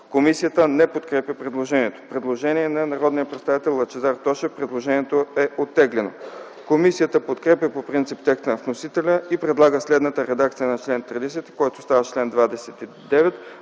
Комисията не подкрепя предложението. Предложение на народния представител Лъчезар Тошев. Предложението е оттеглено. Комисията подкрепя по принцип текста на вносителя и предлага следната редакция на чл. 30, който става чл. 29,